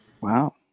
Wow